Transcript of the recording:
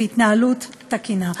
התנהלות תקינה.